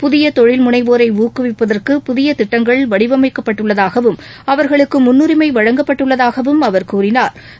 புதிய தொழில் முனைவோரை ஊக்குவிப்பதற்கு புதிய திட்டங்கள் வடிவமைக்கப்பட்டுள்ளதாகவும் அவா்களுக்கு முன்னரிமை வழங்கப்பட்டுள்ளதாகவும் அவா் கூறினாா்